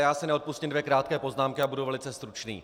Já si neodpustím dvě krátké poznámky a budu velice stručný.